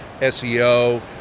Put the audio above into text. SEO